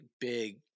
big